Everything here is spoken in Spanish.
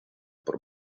por